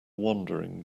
wandering